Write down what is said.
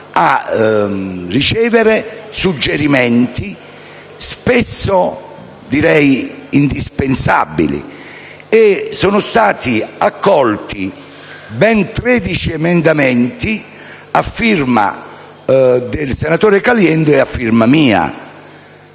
a ricevere suggerimenti, spesso indispensabili. Sono stati accolti ben 13 emendamenti a firma del senatore Caliendo e mia.